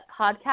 podcast